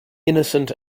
innocent